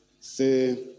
C'est